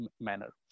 manner